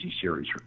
series